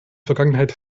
vergangenheit